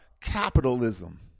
capitalism